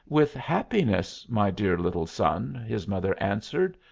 with happiness, my dear little son, his mother answered.